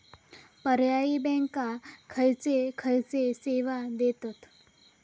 पर्यायी बँका खयचे खयचे सेवा देतत?